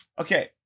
okay